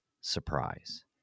surprise